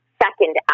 second